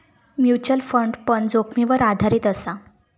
mutual fund पण जोखीमीवर आधारीत असा